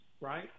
right